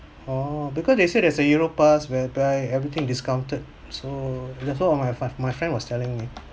oh because they said there's a europass whereby everything discounted so that's what of my my friend was telling me